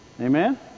Amen